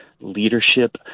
leadership